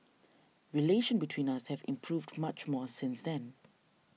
relations between us have improved much more since then